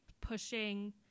Pushing